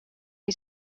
que